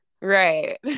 Right